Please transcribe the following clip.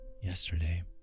yesterday